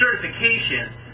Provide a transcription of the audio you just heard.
certification